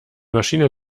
maschine